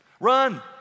Run